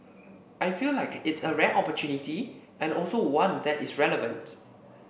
I feel like it's a rare opportunity and also one that is relevant